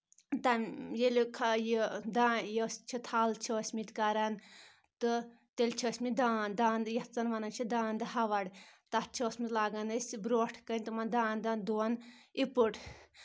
تمہِ ییٚلہِ یہِ دان یۄس چھِ تھل چھِ ٲسۍ مٕتۍ کران تہٕ تیٚلہِ چھِ ٲسۍ مٕتۍ دان داندٕ یَتھ زَن وَنَان چھِ داندٕ ہور تَتھ چھِ ٲسمٕتۍ لاگان أسۍ برونٛٹھ کَنۍ تِمَن داند دانٛد دۄن اِپُٹ